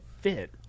fit